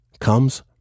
comes